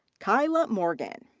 kaylah morgan.